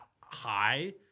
high